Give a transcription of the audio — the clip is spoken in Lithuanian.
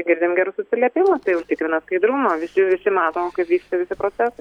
girdim gerus atsiliepimus tai užtikrina skaidrumą visi visi matom kaip vyksta visi procesai